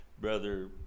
Brother